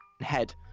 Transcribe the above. head